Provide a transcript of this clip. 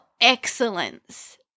excellence